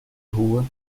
rua